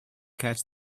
catch